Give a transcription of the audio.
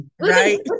Right